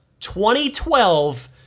2012